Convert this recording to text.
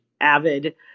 avid